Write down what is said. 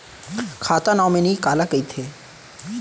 खाता नॉमिनी काला कइथे?